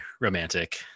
romantic